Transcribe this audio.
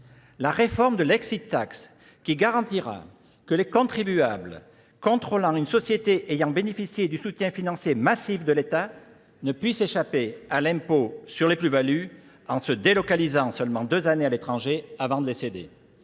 La réforme de l'Exit Tax qui garantira que les contribuables, contrôlant une société ayant bénéficié du soutien financier massif de l'État, ne puissent échapper à l'impôt sur les plus-values en se délocalisant seulement deux années à l'étranger avant de les céder.